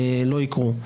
לא יקרו.